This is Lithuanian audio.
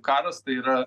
karas tai yra